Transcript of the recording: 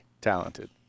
talented